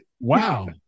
Wow